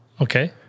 Okay